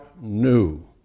new